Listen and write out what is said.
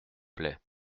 plait